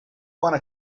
wanna